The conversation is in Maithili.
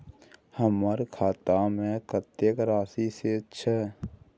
हमर खाता में कतेक राशि शेस छै?